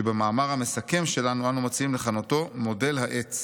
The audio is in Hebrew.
שבמאמר המסכם שלנו אנו מציעים לכנותו 'מודל העץ'.